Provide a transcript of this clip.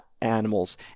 animals